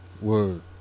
Word